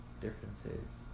Differences